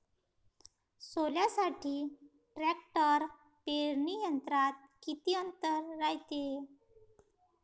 सोल्यासाठी ट्रॅक्टर पेरणी यंत्रात किती अंतर रायते?